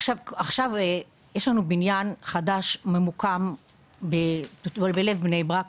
עכשיו יש לנו בניין חדש הממוקם בלב בני ברק